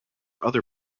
other